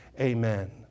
amen